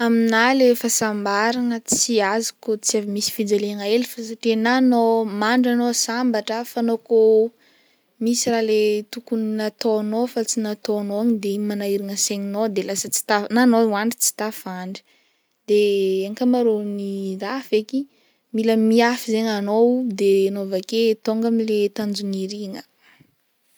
Aminah le fahasambaragna tsy azo kô tsy avy misy fijaliagna hely fa satria na anao, mandry anao sambatra fa anao kô misy raha le tokony nataonao fa tsy nataonao igny de igny manahiragna saigninao de lasa tsy ta- na anao mandry de lasa tsy tafandry de ankamarôn'ny raha feky mila mifahy zegny anao de anao avake tônga am'le tanjona iriagna.